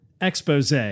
expose